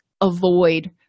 avoid